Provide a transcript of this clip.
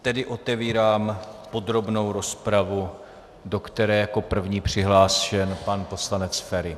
Tedy otevírám podrobnou rozpravu, do které jako první je přihlášen pan poslanec Feri.